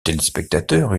téléspectateurs